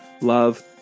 love